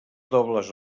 dobles